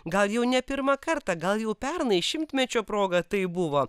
gal jau ne pirmą kartą gal jau pernai šimtmečio proga taip buvo